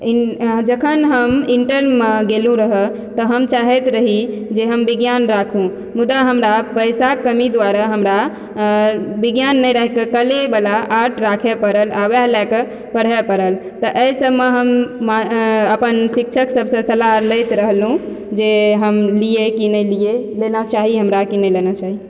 जखन हम इण्टरमऽ गेलु रहऽ तऽ हम चाहैत रही जे हम विज्ञान राखु मुदा हमरा पैसाके कमी दुआरे हमरा विज्ञान नहि राखिकऽ कलेवला आर्ट राखय पड़ल आ वएह लएकऽ पढ़य पड़ल तऽ एहिसभमे हम अपन शिक्षक सभसँ सलाह लैत रहलहुँ जे हम लियै कि नहि लियै लेना चाही हमरा कि नहि लेना चाही